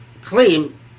claim